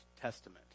Testament